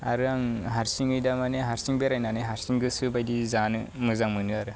आरो आं हारसिङै दा माने हारसिंनो बेरायनानै हारसिं गोसो बायदि जानो मोजां मोनो आरो